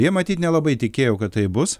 jie matyt nelabai tikėjo kad taip bus